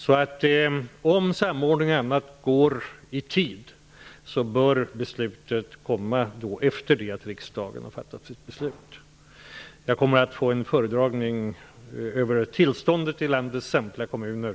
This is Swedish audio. Om bl.a. samordningen sker i tid bör beslutet vara fattat efter det att riksdagen fattat sitt beslut. Nu på måndag kommer jag att få en föredragning om tillståndet i landets samtliga kommuner.